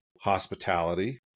hospitality